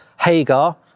Hagar